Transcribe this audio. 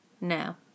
No